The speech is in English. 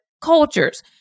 cultures